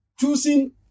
choosing